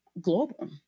global